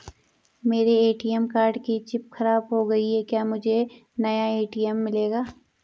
मेरे ATM card की chip खराब हो गयी है क्या मुझे नया ए.टी.एम मिलेगा?